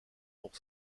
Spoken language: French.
pour